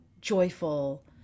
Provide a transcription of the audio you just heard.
joyful